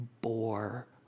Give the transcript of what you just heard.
bore